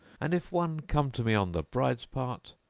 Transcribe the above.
and if one come to me on the bride's part,